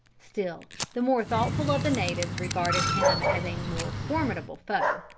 still the more thoughtful of the natives regarded him as a more formidable foe.